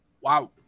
Wow